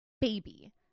baby